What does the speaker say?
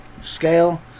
scale